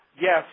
Yes